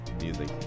music